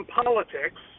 politics